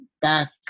back